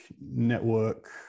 network